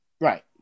Right